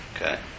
Okay